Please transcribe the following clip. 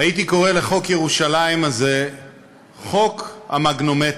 הייתי קורא לחוק ירושלים הזה חוק המגנומטר.